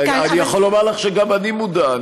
אני יכול לומר לך שגם אני מודע.